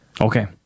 Okay